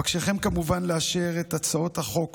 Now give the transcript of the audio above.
אבקשכם, כמובן, לאשר את הצעות החוק